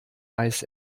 eis